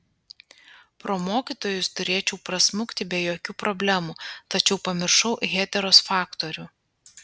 pro mokytojus turėčiau prasmukti be jokių problemų tačiau pamiršau heteros faktorių